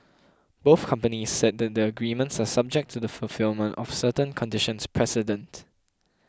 both companies said that the agreements are subject to the fulfilment of certain conditions precedent